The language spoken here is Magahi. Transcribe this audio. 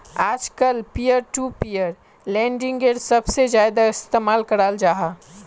आजकल पियर टू पियर लेंडिंगेर सबसे ज्यादा इस्तेमाल कराल जाहा